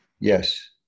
Yes